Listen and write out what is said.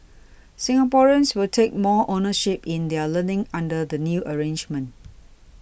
Singaporeans will take more ownership in their learning under the new arrangement